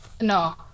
No